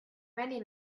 many